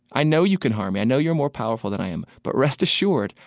i know you can harm me. i know you're more powerful than i am. but rest assured,